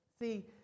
See